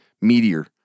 meteor